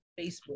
Facebook